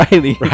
Riley